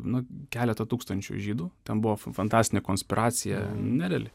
nu keletą tūkstančių žydų ten buvo fantastinė konspiracija nereali